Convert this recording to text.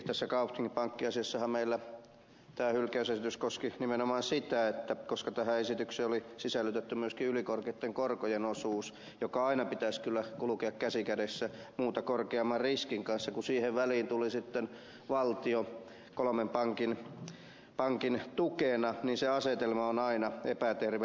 tässä kaupthing pankkiasiassahan meillä tämä hylkäysesitys koski nimenomaan sitä että koska esitykseen oli sisällytetty myöskin ylikorkeitten korkojen osuus jonka aina pitäisi kyllä kulkea käsi kädessä muuta korkeamman riskin kanssa ja kun siihen väliin tuli sitten valtio kolmen pankin tukena niin se asetelma on aina epäterve